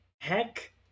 Heck